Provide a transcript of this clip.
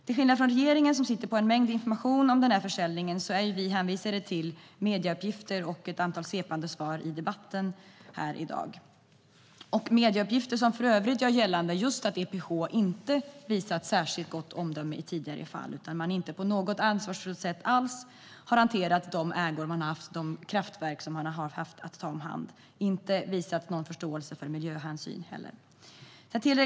Till skillnad från regeringen, som sitter på en mängd information om denna försäljning, är vi hänvisade till medieuppgifter och ett antal svepande svar i debatten här i dag. Det är medieuppgifter som för övrigt gör gällande just att EPH inte visat särskilt gott omdöme i tidigare fall, där man inte på något ansvarsfullt sätt alls har hanterat de ägor och de kraftverk som man har haft att ta om hand och inte heller visat någon förståelse för miljöhänsyn.